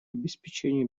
обеспечению